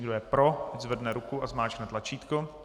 Kdo je pro, zvedne ruku a zmáčkne tlačítko.